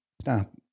Stop